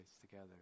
together